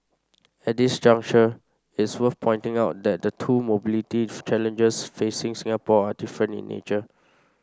at this juncture it's worth pointing out that the two mobility challenges facing Singapore are different in nature